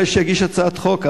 שאולי יגיש הצעת חוק.